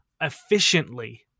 efficiently